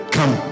Come